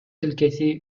тилкеси